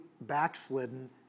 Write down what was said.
backslidden